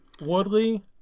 Woodley